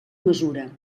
mesura